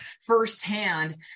firsthand